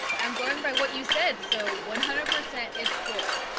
i'm going by what you said so one hundred percent is full